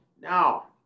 Now